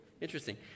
interesting